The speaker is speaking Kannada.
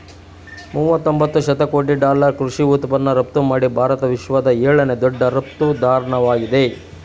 ಮೂವತೊಂಬತ್ತು ಶತಕೋಟಿ ಡಾಲರ್ ಕೃಷಿ ಉತ್ಪನ್ನ ರಫ್ತುಮಾಡಿ ಭಾರತ ವಿಶ್ವದ ಏಳನೇ ದೊಡ್ಡ ರಫ್ತುದಾರ್ನಾಗಿದೆ